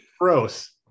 Gross